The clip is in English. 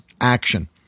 action